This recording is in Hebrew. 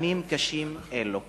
תכנים קשים אלו?